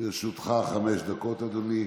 לרשותך חמש דקות, אדוני.